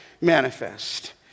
manifest